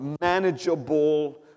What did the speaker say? manageable